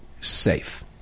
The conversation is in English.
safe